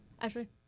Ashley